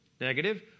negative